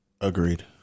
Agreed